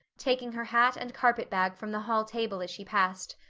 taking her hat and carpet-bag from the hall table as she passed.